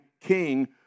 king